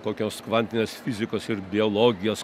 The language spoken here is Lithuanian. kokios kvantinės fizikos ir biologijos